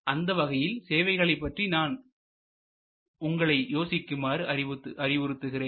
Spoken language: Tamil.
அந்தவகையில் சேவைகளை பற்றி நான் உங்களை யோசிக்குமாறு அறிவுறுத்துகிறேன்